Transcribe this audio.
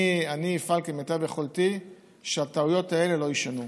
אני אפעל כמיטב יכולתי שהטעויות האלה לא יישנו.